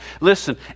Listen